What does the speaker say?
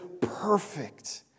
perfect